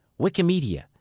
Wikimedia